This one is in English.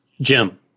Jim